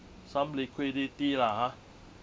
some liquidity lah ah